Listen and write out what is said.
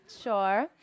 Sure